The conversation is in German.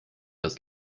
das